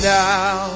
now